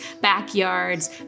backyards